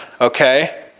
Okay